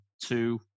two